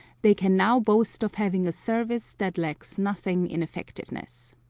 they can now boast of having a service that lacks nothing in effectiveness.